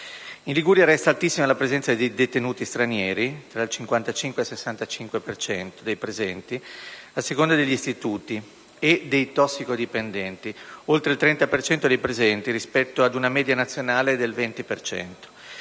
In Liguria resta altissima la presenza di detenuti stranieri (tra il 55 e il 65 per cento dei presenti a seconda degli istituti) e dei tossicodipendenti (oltre il 30 per cento dei presenti, rispetto ad una media nazionale che si